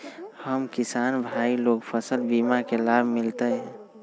हम किसान भाई लोग फसल बीमा के लाभ मिलतई?